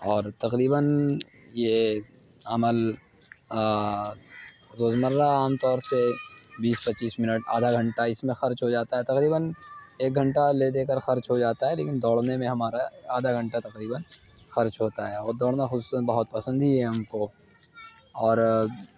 اور تقریباً یہ عمل روز مرہ عام طور سے بیس پچیس منٹ آدھا گھنٹہ اس میں خرچ ہو جاتا ہے تقریباً ایک گھنٹہ لے دے کر خرچ ہو جاتا ہے لیکن دوڑنے میں ہمارا آدھا گھنٹہ تقریباً خرچ ہوتا ہے اور دوڑنا خود سے بہت پسند ہی ہے ہم کو اور